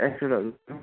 एक्सएलहरू